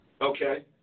Okay